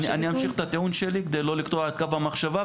אני אמשיך את הטיעון שלי כדי לא לקטוע את קו המחשבה,